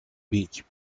beach